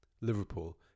Liverpool